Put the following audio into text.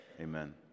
amen